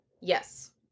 yes